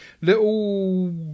little